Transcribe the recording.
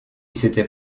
c’était